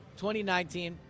2019